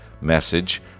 message